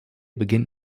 beginnt